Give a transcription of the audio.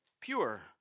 pure